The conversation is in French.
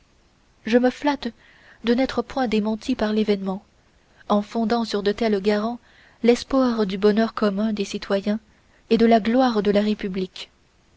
je me flatte de n'être point démenti par l'événement en fondant sur de tels garants l'espoir du bonheur commun des citoyens et de la gloire de la république